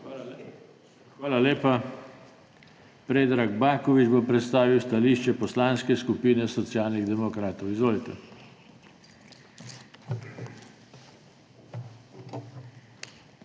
Hvala lepa. Predrag Baković bo predstavil stališče Poslanske skupine Socialnih demokratov. Izvolite.